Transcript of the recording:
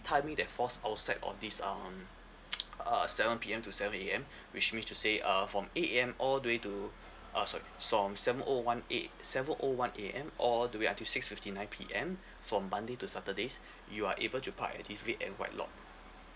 timing that falls outside of this um uh seven P_M to seven A_M which means to say uh from eight A_M all the way to uh sorry seven O one A seven O one A_M all the way until six fifty nine P_M from monday to saturdays you are able to park at this red and white lot